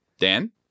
Dan